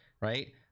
Right